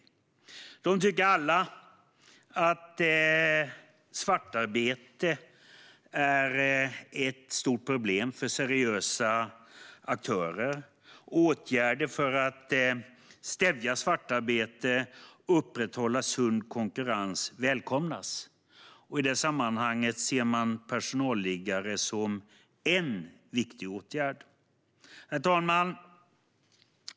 De tycker alla att svartarbete är ett stort problem för seriösa aktörer. Åtgärder för att stävja svartarbete och upprätthålla sund konkurrens välkomnas. I det sammanhanget ser man personalliggare som en viktig åtgärd. Herr talman!